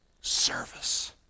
service